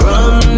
Run